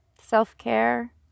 self-care